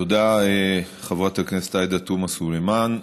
תודה, חברת הכנסת עאידה תומא סלימאן.